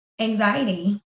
Anxiety